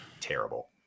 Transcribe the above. terrible